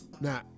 Now